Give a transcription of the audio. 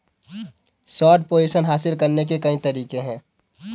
short position हासिल करने के कई तरीके हैं